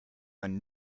man